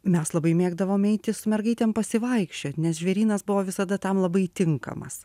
mes labai mėgdavom eiti su mergaitėm pasivaikščiot nes žvėrynas buvo visada tam labai tinkamas